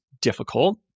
difficult